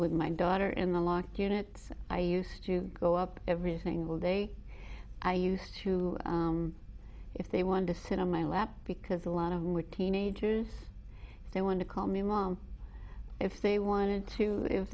with my daughter in the lock units i used to go up every single day i used to if they wanted to sit on my lap because a lot of them were teenagers they want to call me mom if they wanted to if